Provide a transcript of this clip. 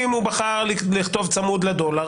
אם הוא בחר לכתוב "צמוד לדולר",